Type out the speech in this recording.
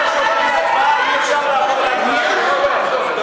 אני